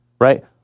right